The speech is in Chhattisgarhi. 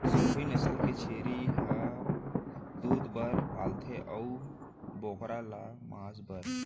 सिरोही नसल के छेरी ल दूद बर पालथें अउ बोकरा ल मांस बर